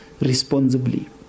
responsibly